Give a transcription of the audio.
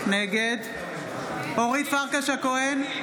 נגד אורית פרקש הכהן,